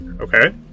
Okay